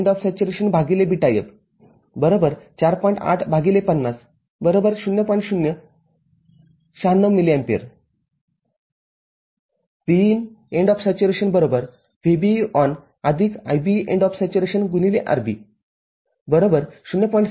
०९६ mA Vin VBE IB RB ०